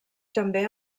també